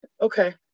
Okay